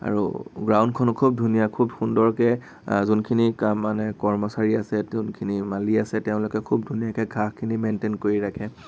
আৰু গ্ৰাউণ্ডখনো খুব ধুনীয়া খুব সুন্দৰকে যোনখিনি কাম মানে কৰ্মচাৰী আছে যোনখিনি মালী আছে তেওঁলোকে খুব ধুনীয়াকে ঘাঁহখিনি মেনন্টেইন কৰি ৰাখে